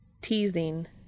Teasing